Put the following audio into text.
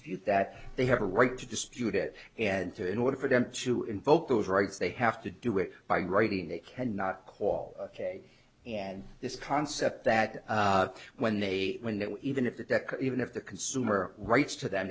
dispute that they have a right to dispute it and to in order for them to invoke those rights they have to do it by writing they cannot call ok and this concept that when they win that even if that even if the consumer rights to them